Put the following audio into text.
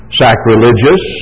sacrilegious